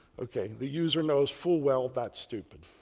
ok. the user knows full well that's stupid,